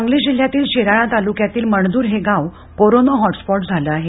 सांगली जिल्ह्यातील शिराळा तालुक्यातील मणदूर हे गाव कोरोना हॉटस्पॉट झालं आहे